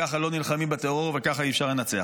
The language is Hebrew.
ככה לא נלחמים בטרור וככה אי-אפשר לנצח.